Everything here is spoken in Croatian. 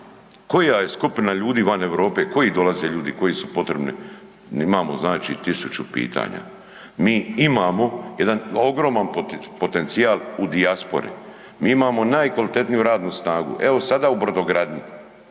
Koja je skupina van Europe, koji dolaze ljudi koji su potrebni, imamo znači tisuću pitanja. Mi imamo jedan ogroman potencijal u dijaspori, mi imamo najkvalitetniju radnu snagu. Evo sada u brodogradnju